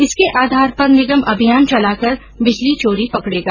इसके आधार पर निगम अभियान चलाकर बिजली चोरी पकडेगा